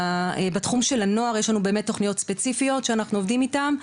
בתחום של הנוער יש לנו באמת תוכניות ספציפיות שאנחנו עובדים איתן,